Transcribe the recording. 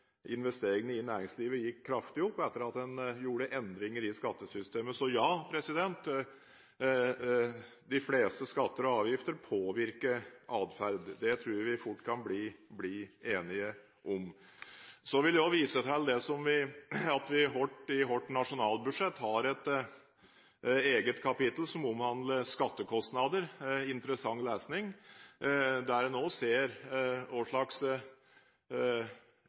investeringene i næringslivet gikk kraftig opp etter at en gjorde endringer i skattesystemet. Så ja, de fleste skatter og avgifter påvirker atferd. Det tror jeg vi fort kan bli enige om. Så vil jeg også vise til at vi i hvert nasjonalbudsjett har et eget kapittel som omhandler skattekostnader. Det er interessant lesning, hvis en i en ideell modell ser hva slags